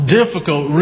difficult